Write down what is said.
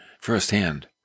firsthand